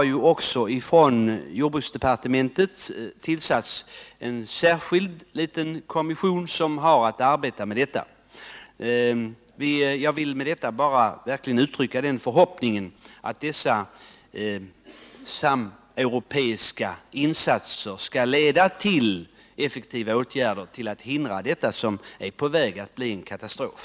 Jordbruksdepartementet har tillsatt en särskild kommission som har att arbeta med denna fråga. Jag vill med detta bara uttrycka den förhoppningen att dessa sameuropeiska insatser verkligen skall leda till effektiva åtgärder för att förhindra vad som är på väg att bli en katastrof.